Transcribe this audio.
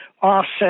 offset